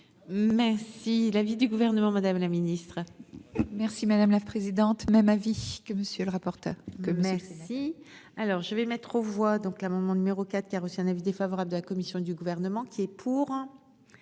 Si l'avis du gouvernement. Madame la Ministre. Merci madame la présidente. Même avis que monsieur le rapporteur, que même si si. Alors je vais mettre aux voix donc l'amendement numéro 4 qui a reçu un avis défavorable de la commission du gouvernement. Qui pour.